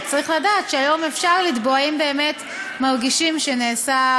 צריך לדעת שהיום אפשר לתבוע אם באמת מרגישים שנעשה,